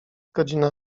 godzina